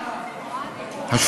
ברק.